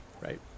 right